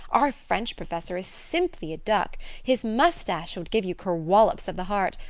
our french professor is simply a duck. his moustache would give you kerwollowps of the heart.